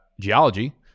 geology